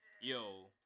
Yo